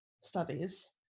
studies